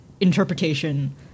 interpretation